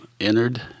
entered